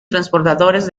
transbordadores